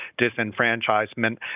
disenfranchisement